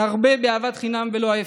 נרבה אהבת חינם, ולא ההפך.